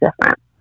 different